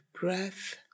breath